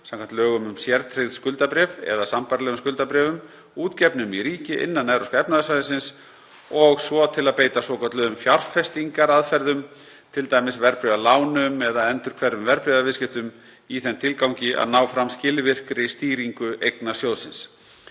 samkvæmt lögum um sértryggð skuldabréf eða sambærilegum skuldabréfum útgefnum í ríki innan Evrópska efnahagssvæðisins og svo til að beita svokölluðum fjárfestingaraðferðum, t.d. verðbréfalánum eða endurhverfum verðbréfaviðskiptum, í þeim tilgangi að ná fram skilvirkri stýringu eigna sjóðs.